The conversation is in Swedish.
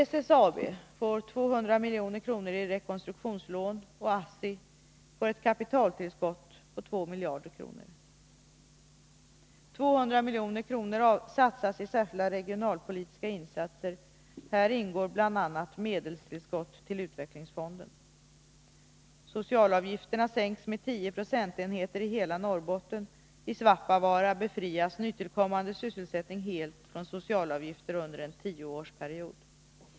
SSAB får 200 milj.kr. i rekonstruktionslån, och ASSI får ett kapitaltillskott på 2 miljarder kronor. 200 milj.kr. satsas i särskilda regionalpolitiska insatser. Här ingår bl.a. medelstillskott till utvecklingsfonden. Socialavgifterna sänks med 10 procentenheter i hela Norrbotten. I Svappavaara befrias nytillkommande sysselsättning helt från socialavgifter under en tioårsperiod.